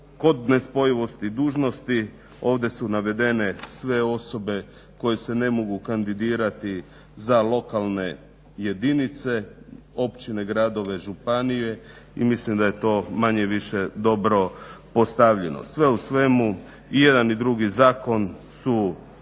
Kod nespojivosti dužnosti ovdje su navedene sve osobe koje se ne mogu kandidirati za lokalne jedinice, općine, gradove, županije i mislim da je to manje-više dobro postavljeno. Sve u svemu, i jedan i drugi zakon su